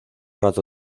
rato